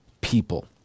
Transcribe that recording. people